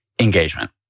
engagement